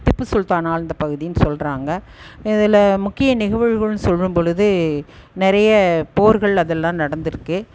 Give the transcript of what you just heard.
திப்பு சுல்தான் ஆழ்ந்த பகுதின்னு சொல்கிறாங்க இதில் முக்கிய நிகவுழ்கள் சொல்லும்பொழுது நிறைய போர்கள் அதெல்லாம் நடந்திருக்கு